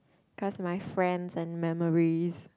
cause my friends and memories